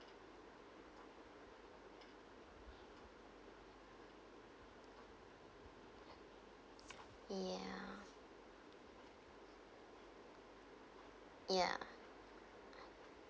ya ya